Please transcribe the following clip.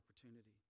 opportunity